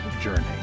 Journey